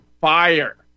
fire